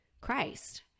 Christ